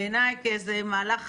בעיני כמהלך